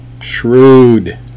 Shrewd